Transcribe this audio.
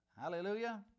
Hallelujah